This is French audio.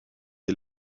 est